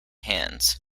hands